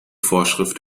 vorschrift